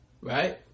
right